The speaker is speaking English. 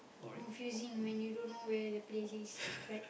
confusing when you don't know where the place is like